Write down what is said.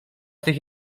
tych